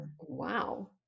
Wow